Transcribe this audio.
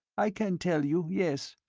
i can tell you, yes.